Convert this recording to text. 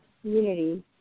community